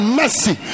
mercy